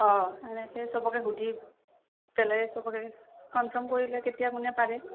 অঁ এনেকৈ চবকে সুধি পেলাই চবকে কনফাৰ্ম কৰিলে কেতিয়া মোনে পাৰে